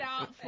out